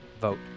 vote